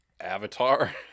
avatar